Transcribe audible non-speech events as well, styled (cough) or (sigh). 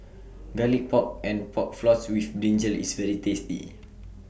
(noise) Garlic Pork and Pork Floss with Brinjal IS very tasty